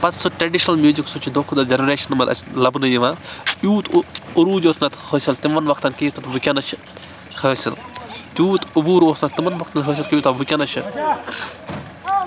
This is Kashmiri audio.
پَتہٕ سُہ ٹرٛیٚڈِشنَل میوٗزِک سُہ چھُ دۄہ کھۄتہٕ دۄہ جَنریشنَن منٛز اسہِ لَبنہٕ یِوان یوٗت عروج اوس نہٕ اَتھ حٲصِل تِمَن وقتَن کیٚنٛہہ یوٗتاہ اَتھ وُنکٮ۪ن چھُ حٲصِل تیوٗت عبوٗر اوس نہٕ اَتھ تِمَن وقتَن حٲصِل یوٗتاہ وُنکٮ۪ن چھُ